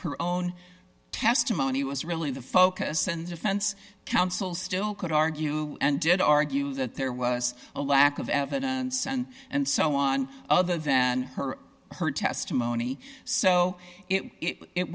her own testimony was really the focus and defense counsel still could argue and did argue that there was a lack of evidence and and so on other than her her testimony so it